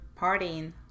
partying